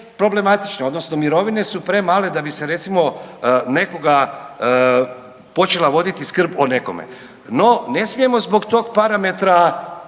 odnosno mirovine su premale da bi se recimo nekoga počela voditi skrb o nekome. No, ne smijemo zbog tog parametra